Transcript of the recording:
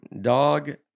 dog